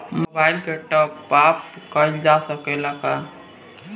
Mobile के top आप कराइल जा सकेला का?